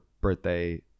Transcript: birthday